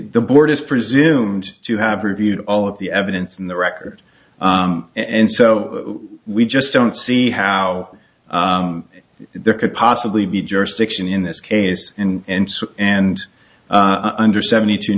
the board is presumed to have reviewed all of the evidence in the record and so we just don't see how there could possibly be jurisdiction in this case and so and under seventy two